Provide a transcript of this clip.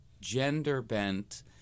gender-bent